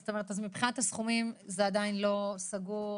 אז מבחינת הסכומים זה עדיין לא סגור?